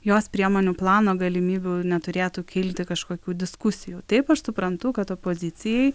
jos priemonių plano galimybių neturėtų kilti kažkokių diskusijų taip aš suprantu kad opozicijai